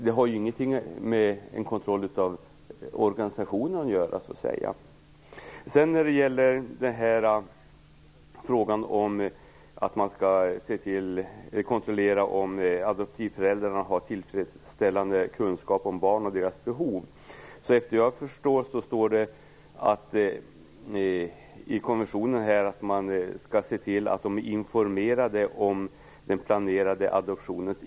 Det gäller ju inte en kontroll av organisationen. Vidare var det frågan om adoptivföräldrarna har tillfredsställande kunskap om barn och deras behov. Det står i konventionen att föräldrarna skall vara informerade om innebörden av den planerade adoptionen.